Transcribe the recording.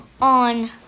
on